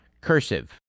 cursive